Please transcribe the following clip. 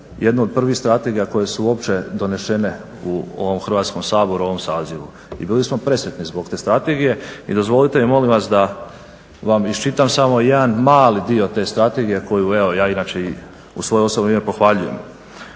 jednu od prvih strategija koje su uopće donošene u ovom Hrvatskom saboru u ovom sazivu i bili smo presretni zbog te strategije. I dozvolite mi molim vas da iščitam samo jedan mali dio te strategije koju evo ja inače i u svoje osobno ime i pohvaljujem.